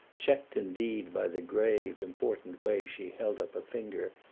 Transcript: checked indeed by the grave, important way she held up a finger,